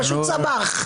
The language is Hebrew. פשוט צמח.